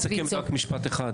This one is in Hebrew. תני לי רק לסכם משפט אחד,